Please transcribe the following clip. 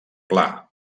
pla